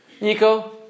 Nico